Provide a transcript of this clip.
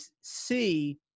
see